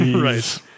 Right